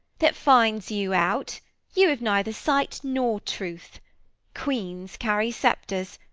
that finds you out you have neither sight nor truth queens carry sceptres,